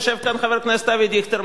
יושב כאן חבר הכנסת אבי דיכטר,